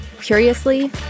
Curiously